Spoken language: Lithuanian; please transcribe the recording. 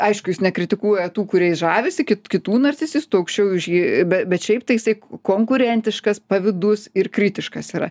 aišku jis nekritikuoja tų kuriais žavisi ki kitų narcisistų aukščiau už jį be bet šiaip tai jisai konkurentiškas pavydus ir kritiškas yra